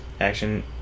Action